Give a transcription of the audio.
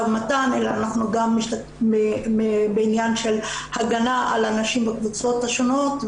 ומתן אלא אנחנו גם בעניין של הגנה על נשים מהקבוצות השונות,